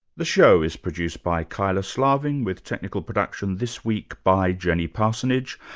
the show is produced by kyla slaven with technical production this week by jenny parsonage,